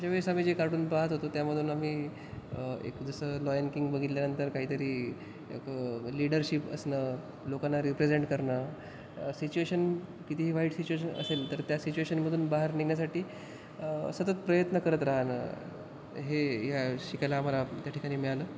ज्यावेळेस आम्ही जे कार्टून पाहत होतो त्यामधून आम्ही एक जसं लॉयन किंग बघितल्यानंतर काहीतरी एक लीडरशिप असणं लोकांना रिप्रेझेंट करणं सिच्युएशन कितीही वाईट सिच्युएशन असेल तर त्या सिच्युएशनमधून बाहेर निघण्यासाठी सतत प्रयत्न करत राहणं हे ह्या शिकायला आम्हाला त्या ठिकाणी मिळालं